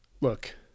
look